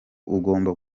ugomba